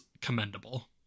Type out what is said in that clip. commendable